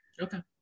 okay